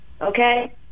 okay